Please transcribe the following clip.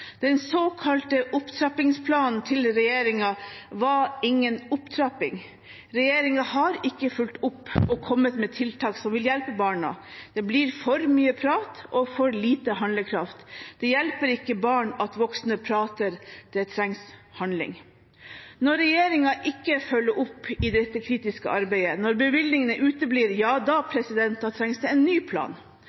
Den såkalte opptrappingsplanen til regjeringen var ingen opptrapping. Regjeringen har ikke fulgt opp og kommet med tiltak som vil hjelpe barna. Det blir for mye prat og for lite handlekraft. Det hjelper ikke barn at voksne prater. Det trengs handling. Når regjeringen ikke følger opp i dette kritiske arbeidet, når bevilgningene uteblir – ja, da trengs det en ny plan.